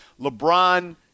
LeBron